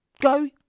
Go